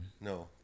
No